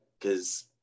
Cause